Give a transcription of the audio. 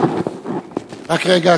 רק רגע,